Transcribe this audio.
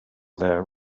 there